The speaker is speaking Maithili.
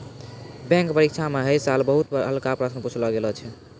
बैंक परीक्षा म है साल बहुते हल्का प्रश्न पुछलो गेल छलै